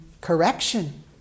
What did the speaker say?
Correction